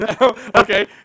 Okay